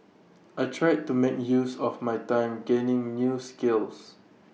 I tried to make use of my time gaining new skills